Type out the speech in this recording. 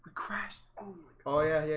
crash and oh yeah. yeah.